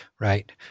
Right